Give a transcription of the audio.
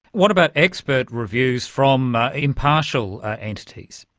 what about expert reviews from impartial entities?